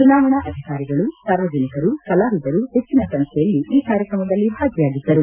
ಚುನಾವಣಾ ಅಧಿಕಾರಿಗಳು ಸಾರ್ವಜನಿಕರು ಕಲಾವಿದರು ಹೆಚ್ಚನ ಸಂಖ್ಯೆಯಲ್ಲಿ ಈ ಕಾರ್ಯಕ್ರಮದಲ್ಲಿ ಭಾಗಿಯಾಗಿದ್ದರು